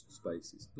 spaces